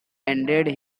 ended